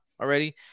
already